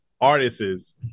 artists